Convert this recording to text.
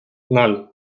ноль